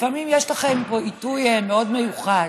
לפעמים יש לכם פה עיתוי מאוד מיוחד.